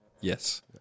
Yes